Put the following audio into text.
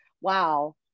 Wow